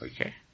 Okay